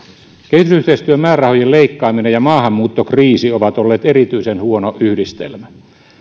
kehitysyhteistyömäärärahojen leikkaaminen ja maahanmuuttokriisi ovat olleet erityisen huono yhdistelmä